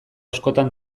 askotan